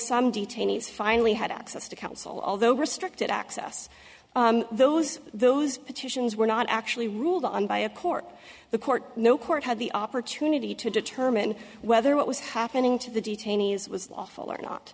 some detainees finally had access to counsel although restricted access those those petitions were not actually ruled on by a court the court no court had the opportunity to determine whether what was happening to the detainees was lawful or not